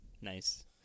Nice